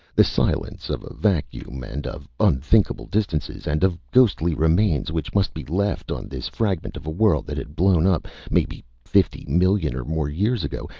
the silence of a vacuum, and of unthinkable distances, and of ghostly remains which must be left on this fragment of a world that had blown up, maybe fifty million or more years ago,